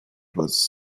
was